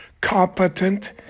competent